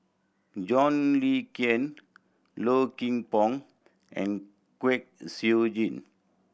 John Le Cain Low Kim Pong and Kwek Siew Jin